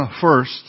First